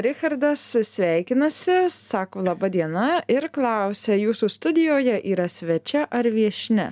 richardas sveikinasi sako laba diena ir klausia jūsų studijoje yra svečia ar viešnia